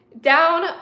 down